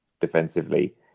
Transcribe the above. defensively